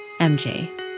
MJ